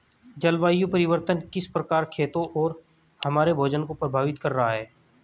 जलवायु परिवर्तन किस प्रकार खेतों और हमारे भोजन को प्रभावित कर रहा है?